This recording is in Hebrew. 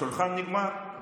השולחן נגמר,